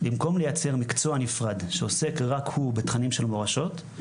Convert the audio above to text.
במקום לייצר מקצוע נפרד שעוסק רק הוא בתכנים של מורשות,